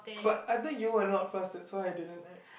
but I think you were not fast that's why I didn't act